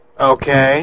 Okay